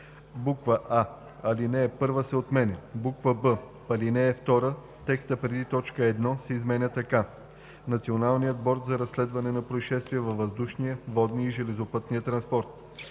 16ж: а) алинея 1 се отменя; б) в ал. 2 текстът преди т. 1 се изменя така: „Националният борд за разследване на произшествия във въздушния, водния и железопътния транспорт:“;